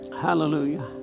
Hallelujah